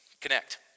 Connect